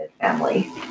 family